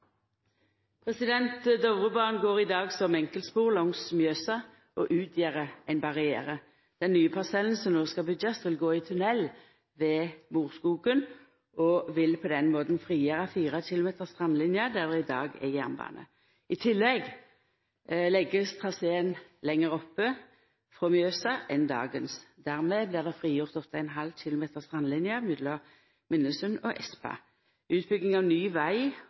går i dag som enkeltspor langs Mjøsa og utgjer ein barriere. Den nye parsellen som no skal byggjast, vil gå i tunell ved Morskogen og vil på den måten frigjera 4 km strandlinje der det i dag er jernbane. I tillegg legg ein traseen lenger opp frå Mjøsa enn dagens. Dermed blir det frigjort 8,5 km strandlinje mellom Minnesund og Espa. Utbygging av ny veg